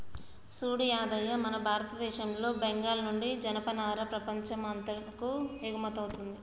సూడు యాదయ్య మన భారతదేశంలో బెంగాల్ నుండి జనపనార ప్రపంచం అంతాకు ఎగుమతౌతుంది